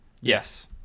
Yes